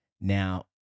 Now